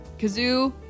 Kazoo